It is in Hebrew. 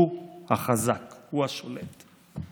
הוא החזק, הוא השולט.